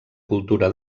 cultura